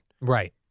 Right